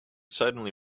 suddenly